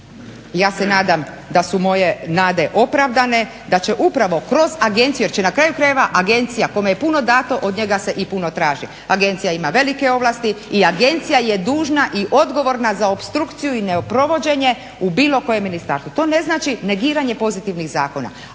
ja se nadam da su moje nade opravdane, da će upravo kroz agenciju jer će na kraju krajeva agencija kome je puno dato od njega se i puno traži. Agencija ima velike ovlasti i agencija je dužna i odgovorna za opstrukciju i neprovođenje u bilo kojem ministarstvu. To ne znači negiranje pozitivnih zakona,